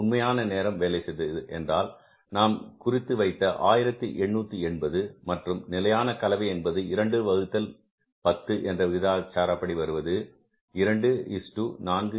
உண்மையான நேரம் வேலை செய்தது என்றால் நாம் குறித்து வைத்த 1880 மற்றும் நிலையான கலவை என்பது 2 வகுத்தல் 10 என்ற விகிதாச்சாரப்படி வருவது 244